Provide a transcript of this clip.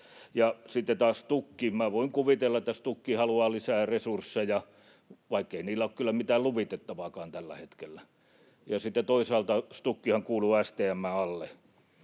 sitten taas STUK: Voin kuvitella, että STUK haluaa lisää resursseja, vaikkei niillä ole kyllä mitään luvitettavaakaan tällä hetkellä. Ja sitten toisaalta STUKhan kuuluu STM:n alle,